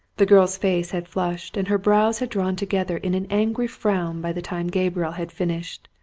the girl's face had flushed, and her brows had drawn together in an angry frown by the time gabriel had finished,